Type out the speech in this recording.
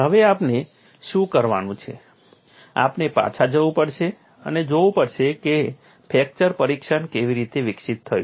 હવે આપણે શું કરવાનું છે આપણે પાછા જવું પડશે અને જોવું પડશે કે ફ્રેક્ચર પરીક્ષણ કેવી રીતે વિકસિત થયું